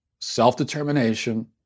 self-determination